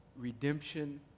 redemption